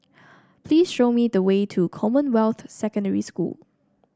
please show me the way to Commonwealth Secondary School